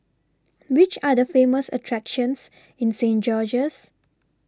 Which Are The Famous attractions in Saint George's